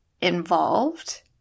involved